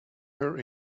her